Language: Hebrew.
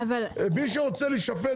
מי שרוצה להישפט,